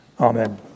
Amen